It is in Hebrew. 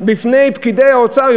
בפני פקידי האוצר.